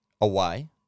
away